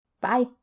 Bye